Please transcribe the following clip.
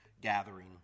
gathering